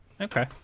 Okay